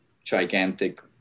gigantic